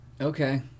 Okay